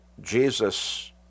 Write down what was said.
Jesus